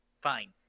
fine